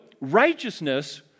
righteousness